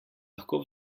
lahko